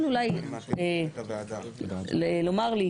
אולי לומר לי,